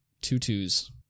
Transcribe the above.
tutus